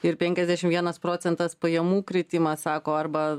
ir penkiasdešimt vienas procentas pajamų kritimas sako arba